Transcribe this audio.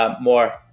more